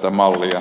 tätä mallia